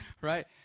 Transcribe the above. right